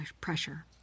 pressure